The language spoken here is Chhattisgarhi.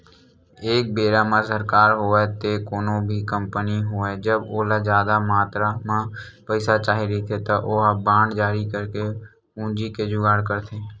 एक बेरा म सरकार होवय ते कोनो भी कंपनी होवय जब ओला जादा मातरा म पइसा चाही रहिथे त ओहा बांड जारी करके पूंजी के जुगाड़ करथे